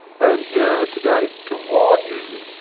i am here to-night to warn you,